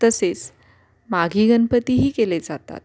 तसेच माघी गणपतीही केले जातात